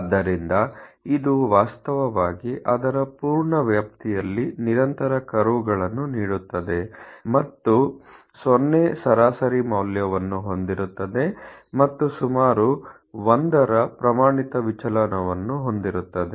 ಆದ್ದರಿಂದ ಇದು ವಾಸ್ತವವಾಗಿ ಅದರ ಪೂರ್ಣ ವ್ಯಾಪ್ತಿಯಲ್ಲಿ ನಿರಂತರ ಕರ್ವ್ ಗಳನ್ನು ನೀಡುತ್ತದೆ ಮತ್ತು 0 ಸರಾಸರಿ ಮೌಲ್ಯವನ್ನು ಹೊಂದಿರುತ್ತದೆ ಮತ್ತು ಸುಮಾರು ಒಂದರ ಪ್ರಮಾಣಿತ ವಿಚಲನವನ್ನು ಹೊಂದಿರುತ್ತದೆ